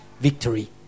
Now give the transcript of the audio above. victory